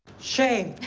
shame.